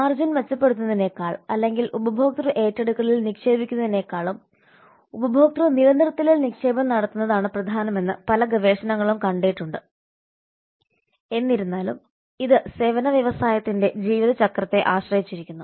margin മെച്ചപ്പെടുത്തുന്നതിനേക്കാൾ അല്ലെങ്കിൽ ഉപഭോക്തൃ ഏറ്റെടുക്കലിൽ നിക്ഷേപിക്കുന്നതിനേക്കാളും ഉപഭോക്തൃ നിലനിർത്തലിൽ നിക്ഷേപം നടത്തുന്നതാണ് പ്രധാനമെന്ന് പല ഗവേഷണങ്ങളും കണ്ടെത്തിയിട്ടുണ്ട് എന്നിരുന്നാലും ഇത് സേവന വ്യവസായത്തിന്റെ ജീവിത ചക്രത്തെ ആശ്രയിച്ചിരിക്കുന്നു